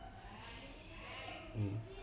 mm